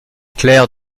clerc